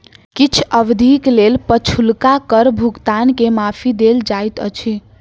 किछ अवधिक लेल पछुलका कर भुगतान के माफी देल जाइत अछि